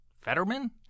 Fetterman